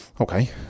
Okay